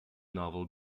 novel